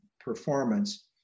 performance